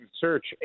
Search